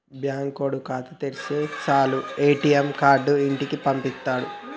బాంకోడు ఖాతా తెరిస్తె సాలు ఏ.టి.ఎమ్ కార్డు ఇంటికి పంపిత్తుండు